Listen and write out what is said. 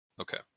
Okay